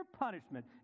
punishment